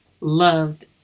loved